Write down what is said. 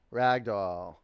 ragdoll